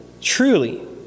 truly